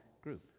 group